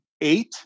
eight